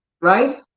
right